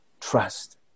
trust